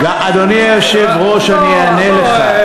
אדוני היושב-ראש, אני אענה לך.